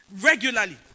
regularly